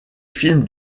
film